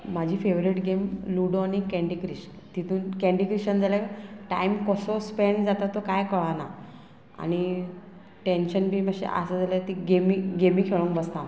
म्हाजी favourite game ludo आनी Candy Crush तितून कँडी क्रिशान जाल्यार टायम कसो स्पेंड जाता तो कांय कळना आनी टॅन्शन बी मातशें आसा जाल्यार ती गेमी गेमी खेळोंक बसता